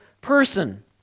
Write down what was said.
person